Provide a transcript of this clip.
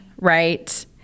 right